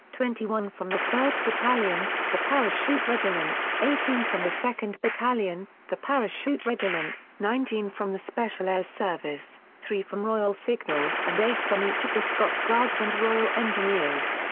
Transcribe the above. twenty one from the third battalion, the parachute regiment, eighteen from the second battalion, the parachute regiment, nineteen from the special air service, three from royal signals and eight from each of the scots guards and royal engineers.